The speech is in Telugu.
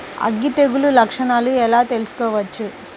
అగ్గి తెగులు లక్షణాలను ఎలా తెలుసుకోవచ్చు?